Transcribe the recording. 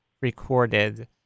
recorded